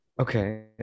Okay